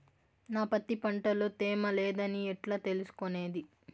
నా పత్తి పంట లో తేమ లేదని ఎట్లా తెలుసుకునేది?